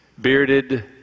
bearded